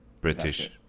British